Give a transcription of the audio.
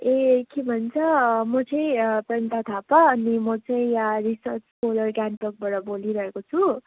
ए के भन्छ म चाहिँ प्रनिता थापा अनि म चाहिँ यहाँ रिसर्च स्कोलर क्याम्पसबाट बोलिरहेको छु